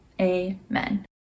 Amen